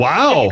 Wow